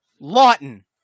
Lawton